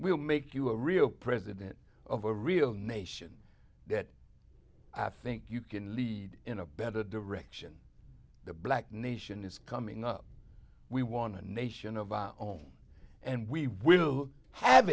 we'll make you a real president of a real nation that i think you can lead in a better direction the black nation is coming up we want to nation of our own and we will have